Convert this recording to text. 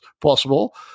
possible